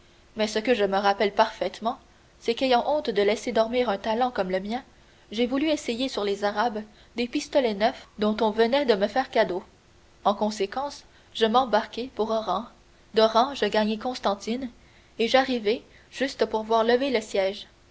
mais ce que je me rappelle parfaitement c'est qu'ayant honte de laisser dormir un talent comme le mien j'ai voulu essayer sur les arabes des pistolets neufs dont on venait de me faire cadeau en conséquence je m'embarquai pour oran d'oran je gagnai constantine et j'arrivai juste pour voir lever le siège